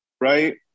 right